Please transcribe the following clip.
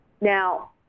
Now